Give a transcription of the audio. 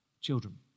children